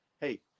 hey